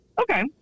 Okay